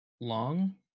long